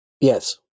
Yes